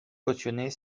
cautionner